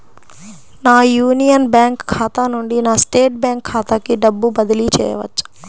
నా Union Bank ఖాతా నుండి నా స్టేట్ బ్యాంకు ఖాతాకి డబ్బు బదిలి చేయవచ్చా?